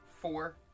four